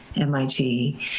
MIT